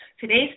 Today's